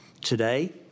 Today